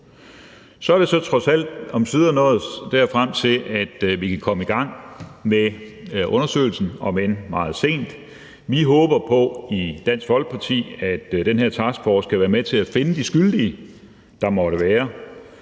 Så er det trods alt omsider kommet dertil, at vi kan komme i gang med undersøgelsen, om end det er meget sent. Vi håber på i Dansk Folkeparti, at den her taskforce skal være med til at finde de skyldige, der måtte være,